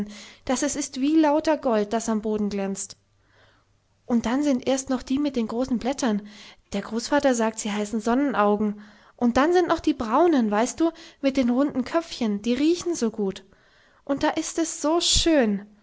daß es ist wie lauter gold das am boden glänzt und dann sind erst noch die mit den großen blättern der großvater sagt sie heißen sonnenaugen und dann sind noch die braunen weißt du mit den runden köpfchen die riechen so gut und da ist es so schön